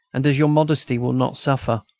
and as your modesty will not suffer,